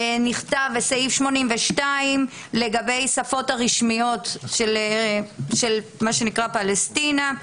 נכתב בסעיף 82 לגבי השפות הרשמיות של מה שנקרא פלשתינה: